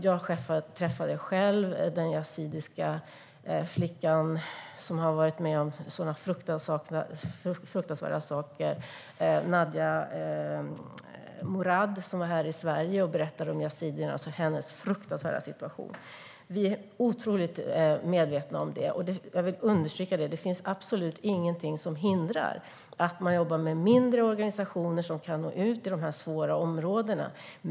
Jag träffade den yazidiska flickan Nadia Murad, som har varit med om fruktansvärda saker. Hon var här i Sverige och berättade om yazidierna och om sin fruktansvärda situation. Vi är otroligt medvetna om detta, vilket jag vill understryka. Det finns absolut ingenting som hindrar att man jobbar med mindre organisationer som kan nå ut i dessa svåra områden.